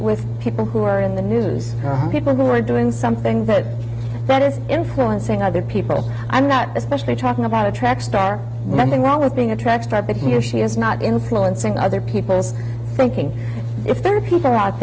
with people who are in the news or people who are doing something that that is influencing other people i'm not especially talking about a track star nothing wrong with being a track star but he or she is not influencing other people's thinking if there are people out